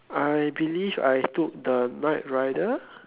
I believe I took the night rider